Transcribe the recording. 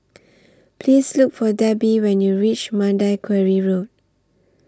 Please Look For Debby when YOU REACH Mandai Quarry Road